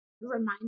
remind